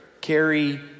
Carry